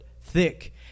thick